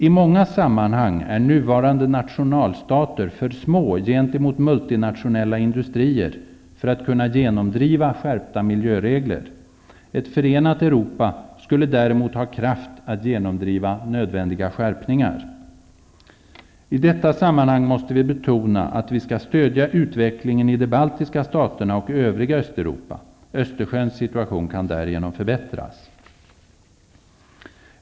I många sammanhang är nuvarande nationalstater för små gentemot multinationella industrier för att kunna genomdriva skärpta miljöregler. Ett förenat Europa skulle däremot ha kraft att genomdriva nödvändiga skärpningar. I detta sammanhang måste vi betona att vi skall stödja utvecklingen i de baltiska staterna och i övriga Östeuropa. Östersjöns situation kan därigenom förbättras.